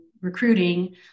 recruiting